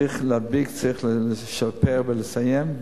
צריך להדביק, צריך לשפר ולסיים.